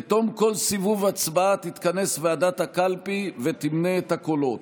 בתום כל סיבוב הצבעה תתכנס ועדת הקלפי ותמנה את הקולות.